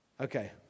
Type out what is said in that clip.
Okay